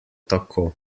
tako